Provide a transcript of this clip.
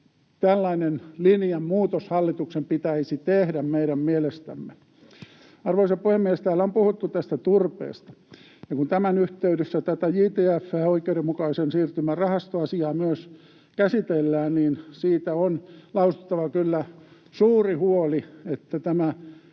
tällainen linjanmuutos hallituksen pitäisi tehdä meidän mielestämme. Arvoisa puhemies! Täällä on puhuttu turpeesta, ja kun tämän yhteydessä tätä JTF:ää, oikeudenmukaisen siirtymän rahasto -asiaa, myös käsitellään, niin siitä on lausuttava kyllä suuri huoli, että